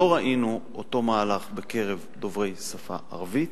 ולא ראינו את אותו מהלך בקרב דוברי השפה הערבית.